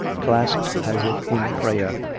clasped as if in prayer,